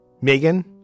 Megan